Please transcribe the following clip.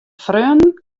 freonen